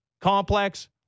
complex